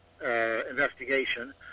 investigation